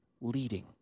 leading